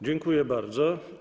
Dziękuję bardzo.